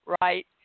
right